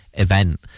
event